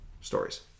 stories